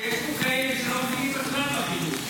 שיש כאלה שלא מבינים בכלל בחינוך.